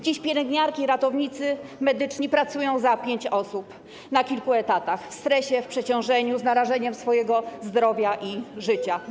Dziś pielęgniarki i ratownicy medyczni pracują za pięć osób, na kilku etatach, w stresie, w przeciążeniu, z narażeniem swojego zdrowia i życia.